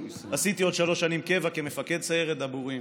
עשיתי עוד שלוש שנים קבע כמפקד סיירת דבורים.